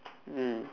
mm